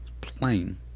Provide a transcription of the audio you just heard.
plain